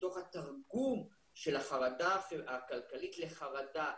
מתוך התרגום של החרדה הכלכלית לחרדה,